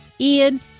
Ian